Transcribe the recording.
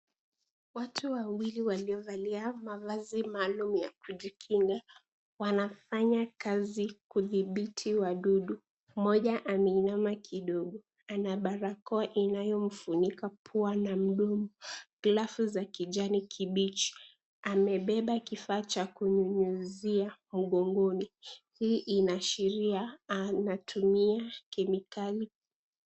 Watu wawili waliovalia mavazi maalumu ya kujikinga, wanafanya kazi kudhibiti wadudu. Mmoja ameinama kidogo, ana barakoa inayomfunika pua na mdomo. Glavu za kijani kibichi, amebeba kifaa cha kunyunyizia mgongoni. Hii inaashiria anatumia kemikali.